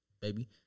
baby